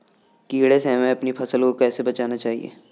कीड़े से हमें अपनी फसल को कैसे बचाना चाहिए?